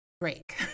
break